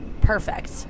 Perfect